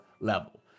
level